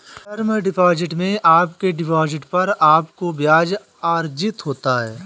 term deposit में आपके deposit पर आपको ब्याज़ अर्जित होता है